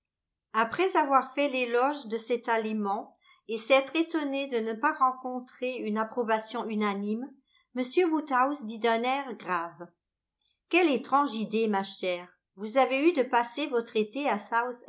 après avoir fait l'éloge de cet aliment et s'être étonné de ne pas rencontrer une approbation unanime m woodhouse dit d'un air grave quelle étrange idée ma chère vous avez eue de passer votre été à